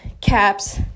caps